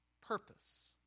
purpose